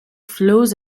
flows